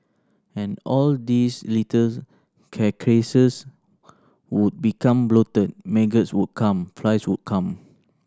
and all these little carcasses would become bloated maggots would come flies would come